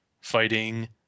fighting